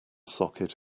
socket